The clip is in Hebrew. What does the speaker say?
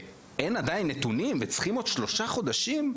ועדיין אין נתונים, וצריכים עוד שלושה חודשים.